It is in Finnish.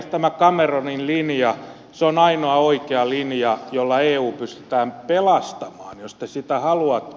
tämä cameronin linja se on ainoa oikea linja jolla eu pystytään pelastamaan jos te sitä haluatte